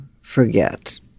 forget